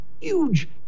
huge